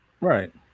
Right